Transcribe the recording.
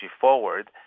forward